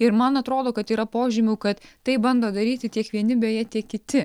ir man atrodo kad yra požymių kad taip bando daryti tiek vieni beje tie kiti